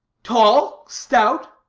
tall? stout?